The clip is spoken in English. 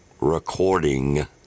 recording